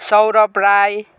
Saurabh Rai